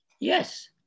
Yes